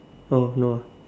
oh no ah